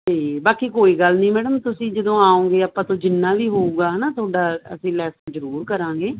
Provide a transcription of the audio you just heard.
ਤੇ ਬਾਕੀ ਕੋਈ ਗੱਲ ਨਹੀਂ ਮੈਡਮ ਤੁਸੀਂ ਜਦੋਂ ਆਓਗੇ ਆਪਾਂ ਤੋਂ ਜਿੰਨਾ ਵੀ ਹੋਊਗਾ ਹਨਾ ਤੁਹਾਡਾ ਅਸੀਂ ਲੈਸ ਜਰੂਰ ਕਰਾਂਗੇ